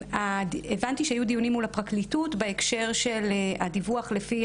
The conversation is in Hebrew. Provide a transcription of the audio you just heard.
הבנתי שהיו דיונים מול הפרקליטות בהקשר של הדיווח לפי